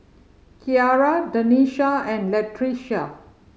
Ciara Denisha and Latricia